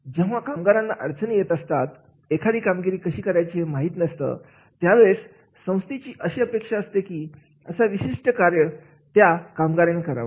जेव्हा कामगारांना अडचणी येत असतात एखादी कामगिरी कशी करायची हे माहित नसतं त्यावेळेस संस्थेची अशी अपेक्षा असते की असा विशिष्ट कार्य त्या कामगाराने करावे